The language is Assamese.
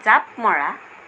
জাপ মৰা